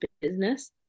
business